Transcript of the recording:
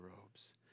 robes